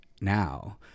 now